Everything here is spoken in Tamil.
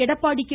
எடப்பாடி கே